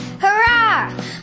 hurrah